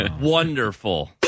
wonderful